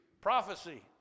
prophecy